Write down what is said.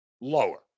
lower